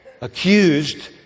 accused